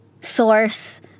source